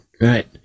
right